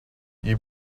you